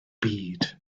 byd